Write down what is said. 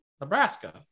Nebraska